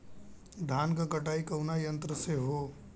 धान क कटाई कउना यंत्र से हो?